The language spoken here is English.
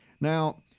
Now